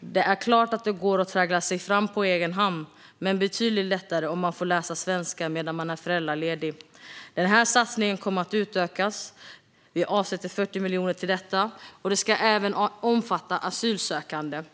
Det är klart att det går att traggla sig fram på egen hand, men det är betydligt lättare om man får läsa svenska medan man är föräldraledig. Den här satsningen kommer att utökas. Vi avsätter 40 miljoner till detta, och det ska även omfatta asylsökande.